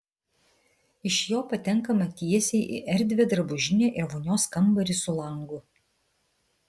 iš jo patenkama tiesiai į erdvią drabužinę ir vonios kambarį su langu